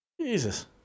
Jesus